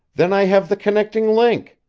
then i have the connecting link!